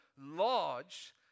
large